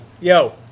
Yo